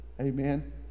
amen